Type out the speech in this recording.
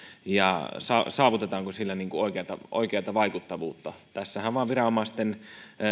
ja saavutetaanko sillä oikeata oikeata vaikuttavuutta tässähän vain viranomaisten